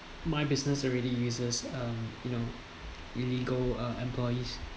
my business already uses um you know illegal uh employees